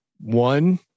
one